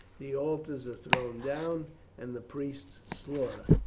the altars are thrown down and the priests slaughtered.